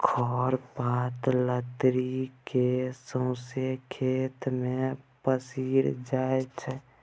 खर पात लतरि केँ सौंसे खेत मे पसरि जाइ छै